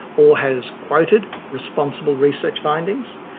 or has quoted responsible research findings.